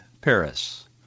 Paris